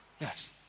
Yes